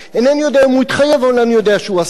אינני יודע אם הוא התחייב, אבל אני יודע שהוא עשה.